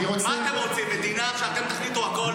מה אתם רוצים, מדינה שבה אתם תחליטו הכול?